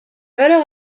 valeur